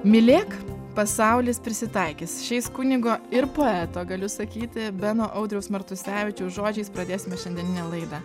mylėk pasaulis prisitaikys šiais kunigo ir poeto galiu sakyti beno audriaus martusevičiaus žodžiais pradėsime šiandieninę laidą